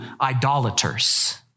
idolaters